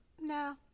no